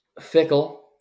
fickle